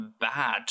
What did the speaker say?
bad